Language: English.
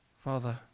father